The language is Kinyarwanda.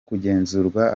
kugenzurwa